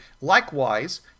likewise